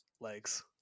legs